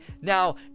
now